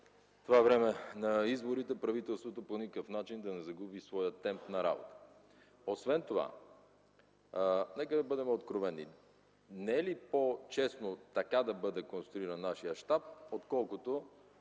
това време на изборите правителството по никакъв начин да не загуби своят темп на работа. Освен това, нека да бъдем откровени, не е ли по-честно така да бъде конструиран нашият щаб, отколкото